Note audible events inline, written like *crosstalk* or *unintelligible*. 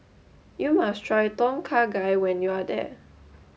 you must try Tom Kha Gai when you are *unintelligible*